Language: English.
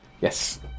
Yes